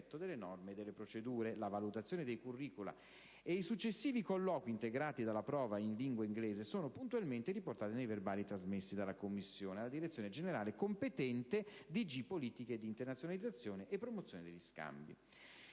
rispetto delle norme e delle procedure. La valutazione dei *curricula* ed i successivi colloqui, integrati dalla prova in lingua inglese sono puntualmente riportati nei verbali trasmessi dalla Commissione alla Direzione generale competente - D.G: politiche di internazionalizzazione e promozione degli scambi.